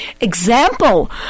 example